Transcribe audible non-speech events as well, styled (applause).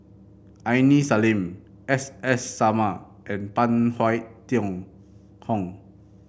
Aini Salim S S Sarma and Phan Wait (unintelligible) Hong